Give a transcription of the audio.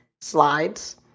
slides